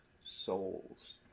souls